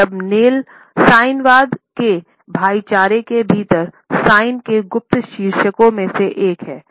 अब नेल साइनवाद के भाईचारे के भीतर साइन के गुप्त शीर्षकों में से एक है